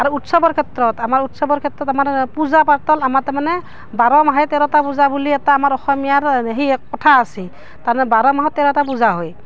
আৰু উৎসৱৰ ক্ষেত্ৰত আমাৰ উৎসৱৰ ক্ষেত্ৰত আমাৰ পূজা পাতল আমাৰ তাৰমানে বাৰ মাহে তেৰটা পূজা বুলি এটা আমাৰ অসমীয়াৰ সেই এক কথা আছে তাৰমানে বাৰ মাহত তেৰটা পূজা হয়